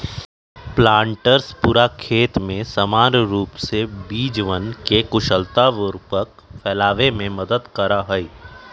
planters पूरा खेत में समान रूप से बीजवन के कुशलतापूर्वक फैलावे में मदद करा हई